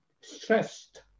stressed